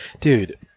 Dude